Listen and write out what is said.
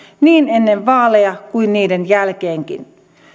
niin ennen vaaleja kuin niiden jälkeenkin